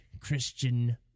Christian